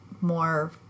more